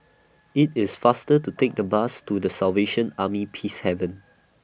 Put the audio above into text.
IT IS faster to Take The Bus to The Salvation Army Peacehaven